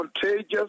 contagious